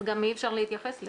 אז גם אי אפשר להתייחס לזה.